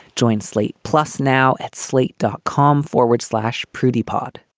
joint slate plus now at slate, dot com forward slash prudy pod